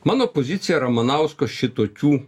mano pozicija ramanausko šitokių